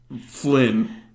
Flynn